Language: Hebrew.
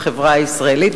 בחברה הישראלית,